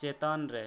ᱪᱮᱛᱟᱱ ᱨᱮ